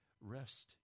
Rest